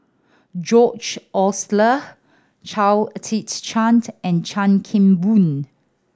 George Oehler Chao Tzee Cheng and Chan Kim Boon